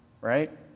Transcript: right